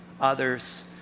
others